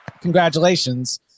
Congratulations